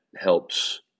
helps